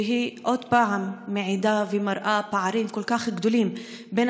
והיא שוב מעידה ומראה פערים כל כך גדולים בין